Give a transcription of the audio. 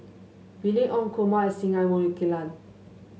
Mylene Ong Kumar and Singai Mukilan